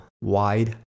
wide